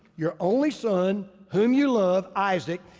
your only son, whom you love, isaac,